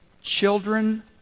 children